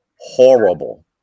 horrible